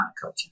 culture